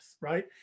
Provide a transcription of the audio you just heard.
right